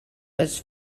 his